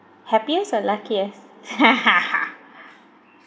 happiest or luckiest